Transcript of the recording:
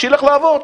שיילך לעבוד.